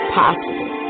possible